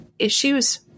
issues